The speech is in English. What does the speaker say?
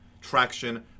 traction